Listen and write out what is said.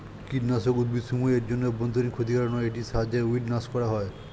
কীটনাশক উদ্ভিদসমূহ এর জন্য অভ্যন্তরীন ক্ষতিকারক নয় এটির সাহায্যে উইড্স নাস করা হয়